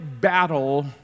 battle